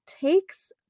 takes